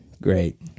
Great